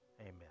Amen